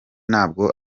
ntabwo